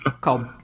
called